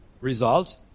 result